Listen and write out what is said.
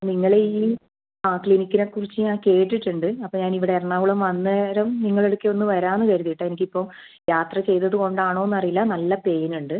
നിങ്ങളെ ഈ ആ ക്ലിനിക്കിനെക്കുറിച്ച് ഞാൻ കേട്ടിട്ടുണ്ട് അപ്പോൾ ഞാൻ ഇവിടെ എറണാകുളം വന്നേരം നിങ്ങളടുത്ത് ഒന്ന് വരാമെന്ന് കരുതിയിട്ടാണ് എനിക്കിപ്പോൾ യാത്ര ചെയ്തത് കൊണ്ടാണോയെന്ന് അറിയില്ല നല്ല പെയിൻ ഉണ്ട്